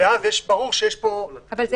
ואז ברור שיש פה מדרג.